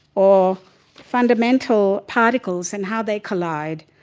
or fundamental particles and how they collide,